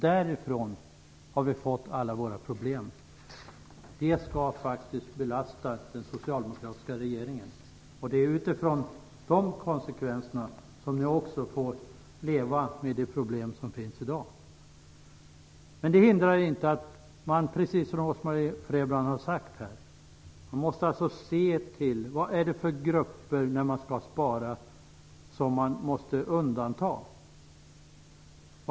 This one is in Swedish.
Därifrån har vi fått alla våra problem. De skall faktiskt belasta den socialdemokratiska regeringen. Det är på grund av konsekvenserna från den tiden som ni får leva med de problem som finns i dag. Det hindrar inte att man, precis som Rose-Marie Frebran sade här, måste se till vilka grupper man måste undanta när man skall spara.